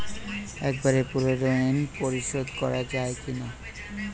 একবারে পুরো ঋণ পরিশোধ করা যায় কি না?